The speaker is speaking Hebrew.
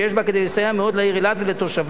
שיש בה כדי לסייע מאוד לעיר אילת ולתושביה.